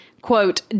quote